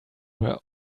where